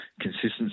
consistency